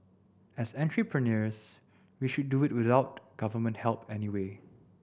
as entrepreneurs we should do it without Government help anyway